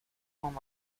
points